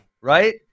right